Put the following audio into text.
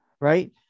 Right